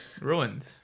ruined